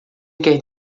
quer